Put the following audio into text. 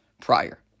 prior